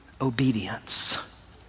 Obedience